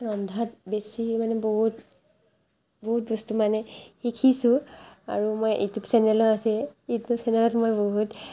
ৰন্ধাত বেছি মানে বহুত বহুত বস্তু মানে শিকিছোঁ আৰু মই ইউটিউব চেনেলো আছে ইউটিউব চেনেলত মই বহুত